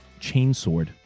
chainsword